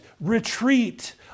retreat